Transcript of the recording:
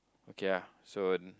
okay ah soon